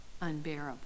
unbearable